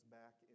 back